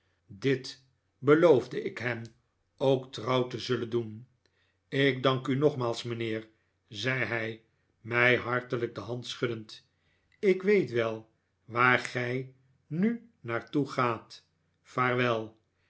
dit beloofde ik hem ook trouw te zullen doen ik dank u nogmaals mijnheer zei hij mij hartelijk de hand schuddend ik weet wel waar gij nu naar toe gaat vaarwel